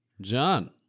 John